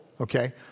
okay